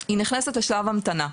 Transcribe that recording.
היא נכנסת לשלב המתנה.